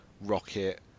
Rocket